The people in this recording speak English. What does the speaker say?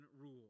rule